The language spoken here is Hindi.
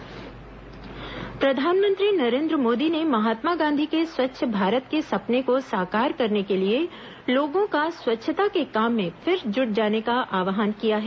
प्रधानमंत्री स्वच्छता आव्हान प्रधानमंत्री नरेन्द्र मोदी ने महात्मा गांधी के स्वच्छ भारत के सपने को साकार करने के लिए लोगों का स्वच्छता के काम में फिर जुट जाने का आव्हान किया है